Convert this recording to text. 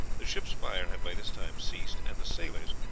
the ship's fire had by this time ceased, and the sailors,